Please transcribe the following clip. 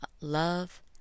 love